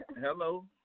Hello